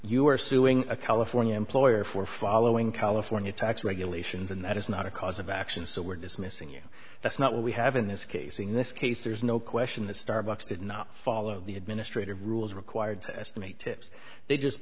are suing a california employer for following california tax regulations and that is not a cause of action so we're dismissing you that's not what we have in this case in this case there's no question that starbucks is not follow the administrative rules required to estimate tips they just